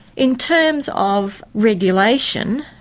in terms of regulation,